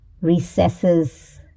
recesses